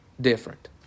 different